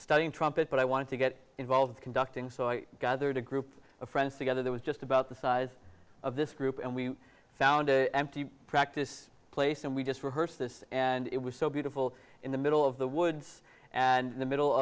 studying trumpet but i wanted to get involved conducting so i gathered a group of friends together there was just about the size of this group and we found an empty practice place and we just rehearsed this and it was so beautiful in the middle of the woods and in the middle